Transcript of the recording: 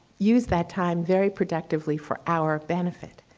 use that time very productively for our benefit.